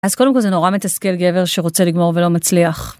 אז קודם כל זה נורא מתסכל גבר שרוצה לגמור ולא מצליח.